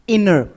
Inner